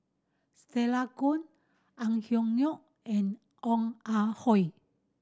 Stella Kon Ang Hiong and Ong Ah Hoi